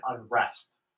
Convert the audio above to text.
unrest